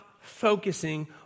focusing